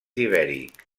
ibèric